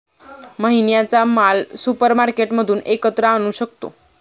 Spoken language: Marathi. महिन्याचा माल सुपरमार्केटमधून एकत्र आणू शकतो